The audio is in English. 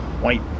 white